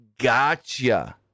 Gotcha